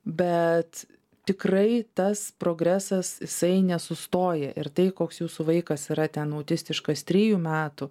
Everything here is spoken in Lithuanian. bet tikrai tas progresas jisai nesustoja ir tai koks jūsų vaikas yra ten autistiškas trijų metų